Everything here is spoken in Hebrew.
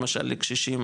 למשל לקשישים,